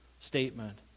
statement